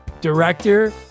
director